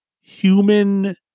human